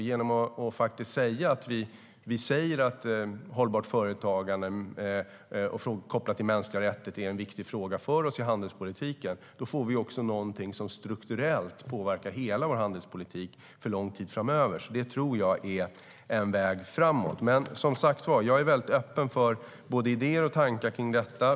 Genom att säga att hållbart företagande kopplat till mänskliga rättigheter är en viktig fråga för oss i handelspolitiken får vi något som påverkar hela vår handelspolitik strukturellt för lång tid framöver. Jag tror att det är en väg framåt. Jag är som sagt öppen för idéer och tankar om detta.